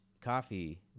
coffee